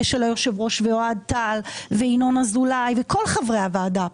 של יושב הראש ואוהד טל וינון אזולאי וכל חברי הוועדה פה,